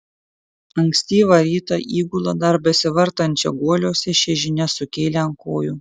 ankstyvą rytą įgulą dar besivartančią guoliuose ši žinia sukėlė ant kojų